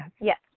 Yes